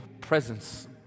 presence